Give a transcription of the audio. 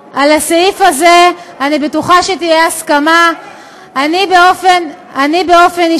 בסעיף ההגדרות יש פסקה שאומרת במפורש שהערך